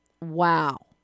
Wow